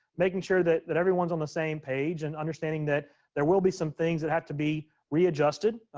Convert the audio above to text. making sure that that everyone's on the same page and understanding that there will be some things that have to be readjusted,